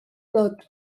tot